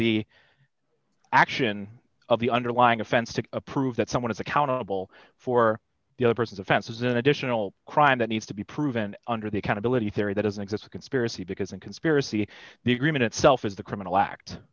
the action of the underlying offense to prove that someone is accountable for the other person's offense is an additional crime that needs to be proven under the accountability theory that doesn't exist a conspiracy because in conspiracy the agreement itself is the criminal act